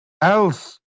Else